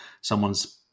someone's